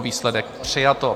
Výsledek: přijato.